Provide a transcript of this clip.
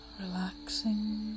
Relaxing